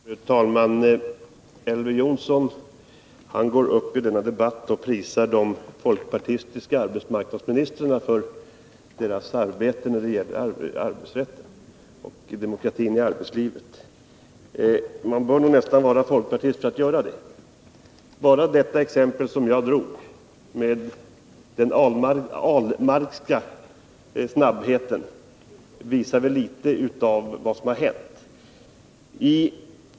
Fru talman! Elver Jonsson går upp i denna debatt och prisar de folkpartistiska arbetsmarknadsministrarna för deras arbete när det gäller arbetsrätten och demokratin i arbetslivet. Man bör nästan vara folkpartist för att göra det. Bara det exempel som jag tog upp, om den Ahlmarkska snabbheten, visade litet av vad som hänt.